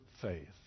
faith